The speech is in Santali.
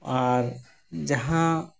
ᱟᱨ ᱡᱟᱦᱟᱸ